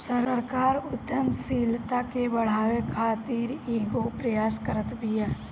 सरकार उद्यमशीलता के बढ़ावे खातीर कईगो प्रयास करत बिया